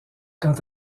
quant